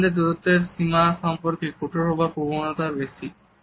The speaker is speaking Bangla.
জার্মানদের দূরত্বের সীমা সম্পর্কে কঠোর হবার প্রবণতা বেশি